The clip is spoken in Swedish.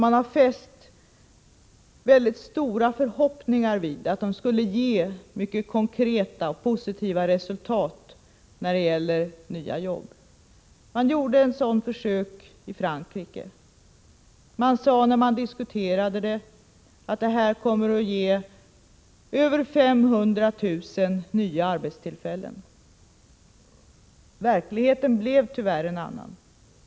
Man har fäst stora förhoppningar vid att de skulle ge konkreta positiva resultat när det gäller nya jobb. Man har gjort ett sådant försök i Frankrike. Man sade att det skulle ge över 500 000 nya arbetstillfällen. Verkligheten blev tyvärr en annan.